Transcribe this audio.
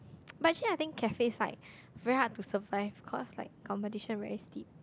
but actually I think cafe side very hard to survive cause like competition very steep